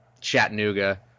Chattanooga